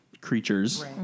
creatures